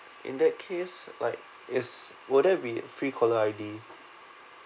in that case like is will there be free caller I_D